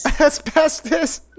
Asbestos